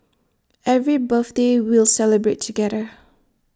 every birthday we'll celebrate together